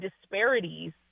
disparities